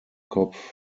kopf